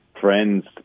friends